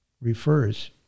refers